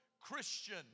Christian